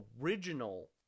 original